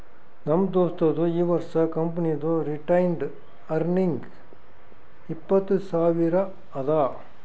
ನಮ್ ದೋಸ್ತದು ಈ ವರ್ಷ ಕಂಪನಿದು ರಿಟೈನ್ಡ್ ಅರ್ನಿಂಗ್ ಇಪ್ಪತ್ತು ಸಾವಿರ ಅದಾ